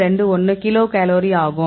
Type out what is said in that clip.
21 kilo calorie ஆகும்